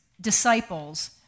disciples